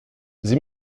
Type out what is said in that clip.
sie